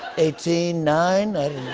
eighteen? nine?